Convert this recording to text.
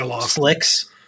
slicks –